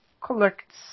collects